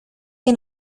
que